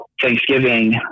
Thanksgiving